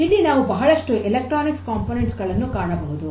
ಇಲ್ಲಿ ನಾವು ಬಹಳಷ್ಟು ಎಲೆಕ್ಟ್ರಾನಿಕ್ಸ್ ಘಟಕಗಳನ್ನು ಕಾಣಬಹುದು